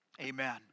Amen